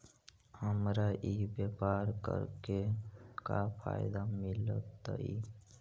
हमरा ई व्यापार करके का फायदा मिलतइ?